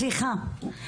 סליחה.